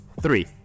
three